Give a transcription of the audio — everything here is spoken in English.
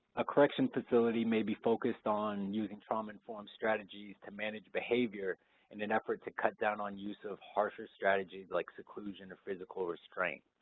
a correction facility may be focused on using trauma-informed strategies to manage behavior in an effort to cut down on use of harsher strategies like seclusion or physical restraint.